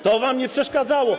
To wam nie przeszkadzało.